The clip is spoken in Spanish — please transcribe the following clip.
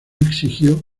exigió